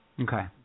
Okay